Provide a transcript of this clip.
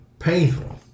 painful